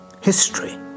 history